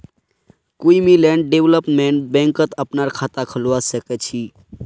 की मुई land development बैंकत अपनार खाता खोलवा स ख छी?